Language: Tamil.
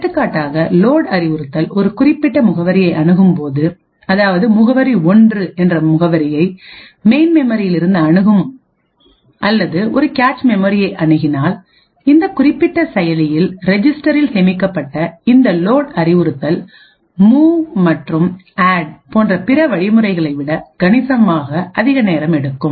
எடுத்துக்காட்டாக லோட் அறிவுறுத்தல் ஒரு குறிப்பிட்ட முகவரியை அணுகும்போதுஅதாவது முகவரி 1 என்ற முகவரியை மெயின் மெமரியில் இருந்து அணுகும் அல்லது ஒரு கேச் மெமரியைக் அணுகினால் இந்த குறிப்பிட்ட செயலியில் ரெஜிஸ்ட்ரியில் சேமிக்கப்பட்ட இந்த லோட் அறிவுறுத்தல் மூவ் மற்றும் ஆட் போன்ற பிற வழிமுறைகளை விட கணிசமாக அதிக நேரம் எடுக்கும்